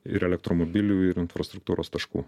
ir elektromobilių ir infrastruktūros taškų